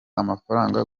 amafaranga